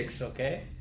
Okay